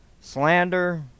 slander